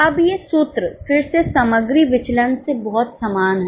अब ये सूत्र फिर से सामग्री विचलन से बहुत समान हैं